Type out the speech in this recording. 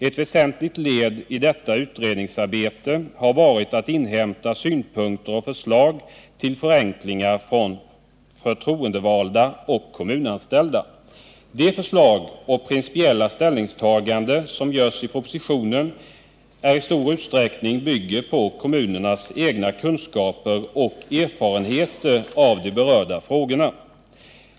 Ett väsentligt led i detta utredningsarbete har varit att inhämta synpunkter och förslag till förenklingar från förtroendevalda och kommunalanställda. De förslag och principiella ställningstaganden som görs i propositionen bygger i stor utsträckning på kommunernas egna kunskaper och erfarenheter av de berörda frågorna.